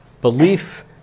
belief